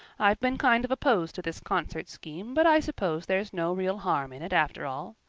i've been kind of opposed to this concert scheme, but i suppose there's no real harm in it after all.